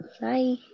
Bye